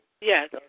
Yes